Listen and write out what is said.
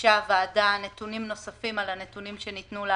ביקשה הוועדה נתונים נוספים על הנתונים שניתנו לה